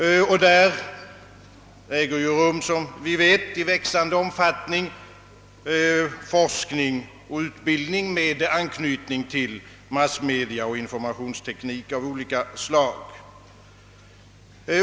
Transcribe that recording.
Som vi vet pågår det där i växande omfattning forskning och utbildning med anknytning till massmedia och informationsteknik av olika slag.